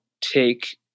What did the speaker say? take